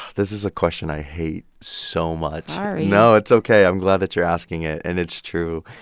this is a question i hate so much sorry no, it's ok. i'm glad that you're asking it. and it's true.